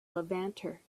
levanter